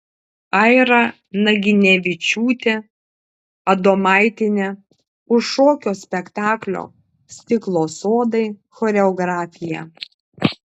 aira naginevičiūtė adomaitienė už šokio spektaklio stiklo sodai choreografiją